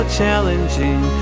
challenging